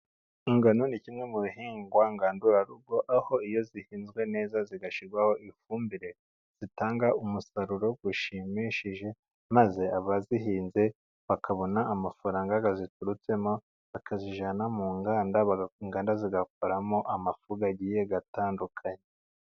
Ingano ni kimwe mu bihingwa ngandurarugo, aho iyo zihinzwe neza zigashyirwaho ifumbire zitanga umusaruro ushimishije, maze abazihinze bakabona amafaranga aziturutsemo, akazijyana mu nganda, inganda zigakoramo amafu agiye atandukanye.